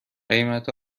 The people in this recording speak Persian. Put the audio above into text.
قیمت